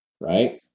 right